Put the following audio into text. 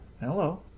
hello